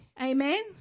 Amen